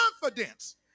confidence